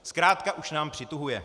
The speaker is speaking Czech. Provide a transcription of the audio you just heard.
Zkrátka už nám přituhuje.